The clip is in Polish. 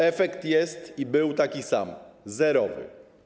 Efekt jest i był taki sam: zerowy.